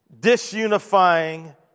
disunifying